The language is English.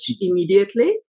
immediately